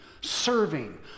serving